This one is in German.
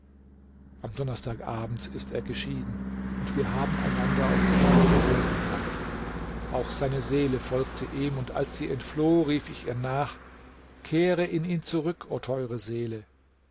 am donnerstag abends ist er geschieden und wir haben einander auf immer lebewohl gesagt auch seine seele folgte ihm und als sie entfloh rief ich ihr nach kehre in ihn zurück o teure seele